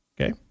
Okay